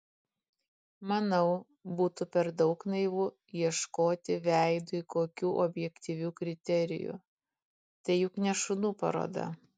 manau būtų per daug naivu ieškoti veidui kokių objektyvių kriterijų tai juk ne šunų paroda